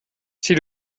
sie